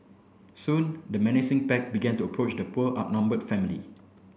soon the menacing pack began to approach the poor outnumbered family